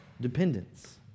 dependence